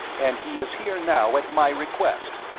and he is here now at my request.